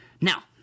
Now